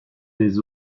des